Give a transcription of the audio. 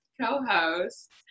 co-host